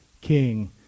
king